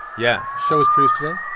yeah show was produced today.